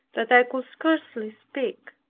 that i could scarcely speak.